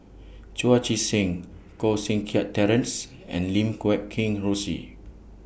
Chu Chee Seng Koh Seng Kiat Terence and Lim Guat Kheng Rosie